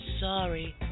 Sorry